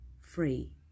Free